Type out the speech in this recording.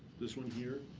this one here.